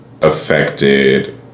affected